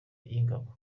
y’ingabo